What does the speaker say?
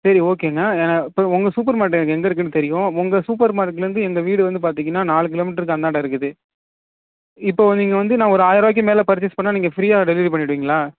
சரி ஓகேங்க இப்போ உங்கள் சூப்பர் மார்ட் எனக்கு எங்கே இருக்குதுனு தெரியும் உங்கள் சூப்பர் மார்க்லருந்து எங்கள் வீடு வந்து பார்த்திங்கன்னா நாலு கிலோமீட்ருக்கு அந்தாண்டே இருக்குது இப்போது நீங்கள் வந்து நான் ஒரு ஆயர ரூபாய்க்கு மேலே பர்ச்சேஸ் பண்ணிணா நீங்கள் ஃப்ரீயாக டெலிவரி பண்ணிடுவிங்களா